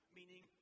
meaning